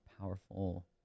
powerful